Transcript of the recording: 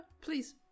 please